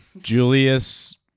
Julius